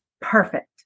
perfect